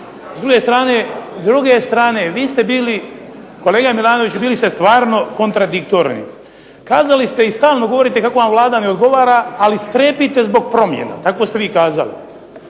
S druge strane, vi ste bili, kolega MIlanoviću bili ste stvarno kontradiktorni, kazali ste i stalno govorite kako vam Vlada ne odgovara ali strepite zbog promjena, tako ste vi kazali.